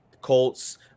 Colts